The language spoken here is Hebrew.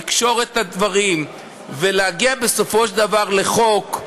לקשור את הדברים ולהגיע בסופו של דבר לחוק,